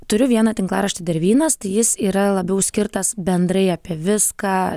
turiu vieną tinklaraštį dervynas tai jis yra labiau skirtas bendrai apie viską